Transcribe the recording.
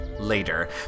Later